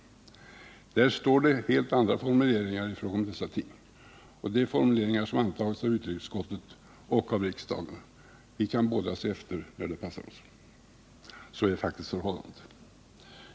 Den propositionen innehåller helt andra formuleringar i fråga om dessa ting. Dessa formuleringar har antagits av utrikesutskottet och riksdagen. Vi kan båda ta del av de formuleringarna när det passar oss.